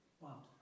Wow